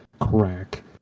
crack